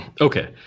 Okay